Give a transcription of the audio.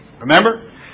Remember